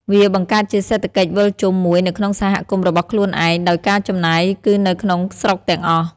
វាបង្កើតជាសេដ្ឋកិច្ចវិលជុំមួយនៅក្នុងសហគមន៍របស់ខ្លួនឯង ដោយការចំណាយគឺនៅក្នុងស្រុកទាំងអស់។